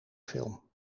film